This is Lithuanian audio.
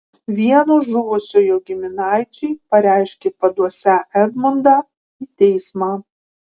vieno žuvusiojo giminaičiai pareiškė paduosią edmundą į teismą